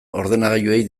ordenagailuei